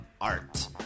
art